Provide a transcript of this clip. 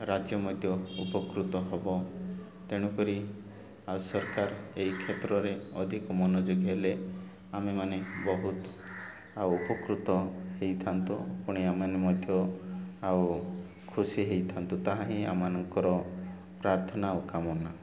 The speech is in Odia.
ରାଜ୍ୟ ମଧ୍ୟ ଉପକୃତ ହବ ତେଣୁକରି ଆଉ ସରକାର ଏହି କ୍ଷେତ୍ରରେ ଅଧିକ ମନଯୋଗୀ ହେଲେ ଆମେମାନେ ବହୁତ ଆଉ ଉପକୃତ ହେଇଥାନ୍ତୁ ପୁଣି ଆମମାନେ ମଧ୍ୟ ଆଉ ଖୁସି ହେଇଥାନ୍ତୁ ତାହା ହିଁ ଆମମାନଙ୍କର ପ୍ରାର୍ଥନା ଆଉ କାମନା